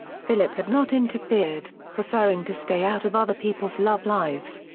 philip had not interfered, preferring to stay out of other people's love lives.